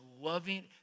loving